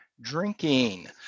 Drinking